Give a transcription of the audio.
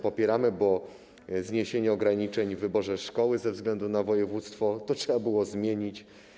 Popieramy to, bo zniesienie ograniczeń w wyborze szkoły ze względu na województwo - to trzeba było zmienić.